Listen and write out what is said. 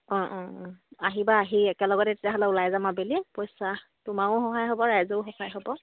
অঁ অঁ অঁ আহিবা আহি একেলগতে তেতিয়াহ'লে ওলাই যাম আবেলি পইচা তোমাৰো সহায় হ'ব ৰাইজেও সহায় হ'ব